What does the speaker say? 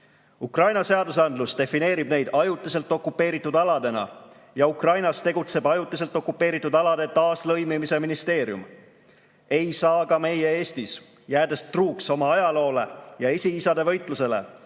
Ukraina seadusandlus defineerib neid ajutiselt okupeeritud aladena ja Ukrainas tegutseb ajutiselt okupeeritud alade taaslõimimise ministeerium. Ei saa ka meie Eestis, jäädes truuks oma ajaloole ja esiisade võitlusele,